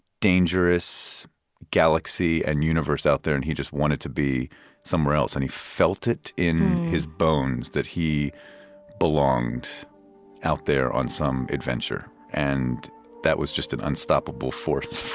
dangerous galaxy and universe out there, and he just wanted to be somewhere else. and he felt it in his bones, that he belonged out there on some adventure. and that was just an unstoppable force